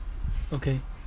okay